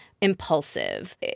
impulsive